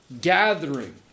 Gathering